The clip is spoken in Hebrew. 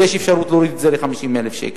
ויש אפשרות להוריד את זה ל-50,000 שקל.